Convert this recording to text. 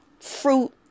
fruit